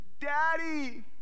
Daddy